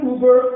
Uber